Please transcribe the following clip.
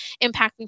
impacting